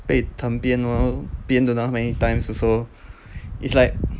被藤鞭 lor 鞭 don't know many times also it's like